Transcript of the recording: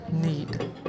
Need